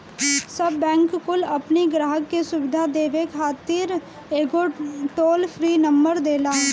सब बैंक कुल अपनी ग्राहक के सुविधा देवे खातिर एगो टोल फ्री नंबर देला